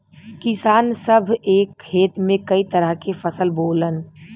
किसान सभ एक खेत में कई तरह के फसल बोवलन